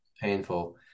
painful